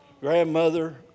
grandmother